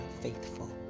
faithful